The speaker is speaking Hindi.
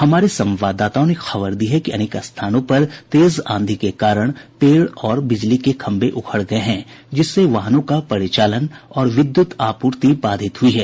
हमारे संवाददाताओं ने खबर दी है कि अनेक स्थानों पर तेज आंधी के कारण पेड़ और बिजली के खम्भे उखड़ गये हैं जिससे वाहनों का परिचालन और विद्युत आपूर्ति बाधित हुई है